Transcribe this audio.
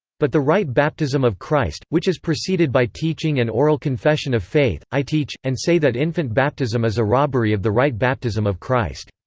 but the right baptism of christ, which is preceded by teaching and oral confession of faith, i teach, and say that infant baptism is a robbery of the right baptism of christ.